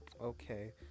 Okay